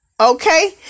Okay